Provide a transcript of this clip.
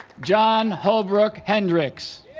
john holbrook hendrix